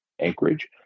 anchorage